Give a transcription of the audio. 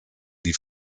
die